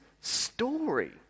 story